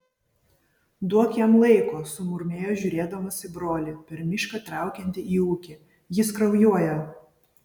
duok jam laiko sumurmėjo žiūrėdamas į brolį per mišką traukiantį į ūkį jis kraujuoja